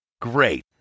great